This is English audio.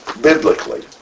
biblically